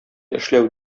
эшләү